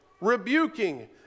rebuking